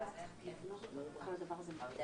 החוקה, חוק ומשפט.